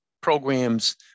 programs